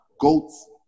goats